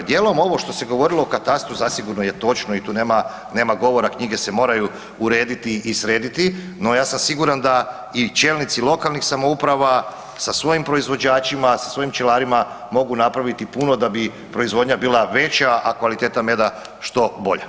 Djelom ovo što se govorilo o katastru, zasigurno je točno i tu nema govora, knjige se moraju urediti i srediti, no ja sam siguran da i čelnici lokalnih samouprava sa svojim proizvođačima, sa svojim pčelarima mogu napraviti puno da bi proizvodnja bila veća a kvaliteta meda što bolja.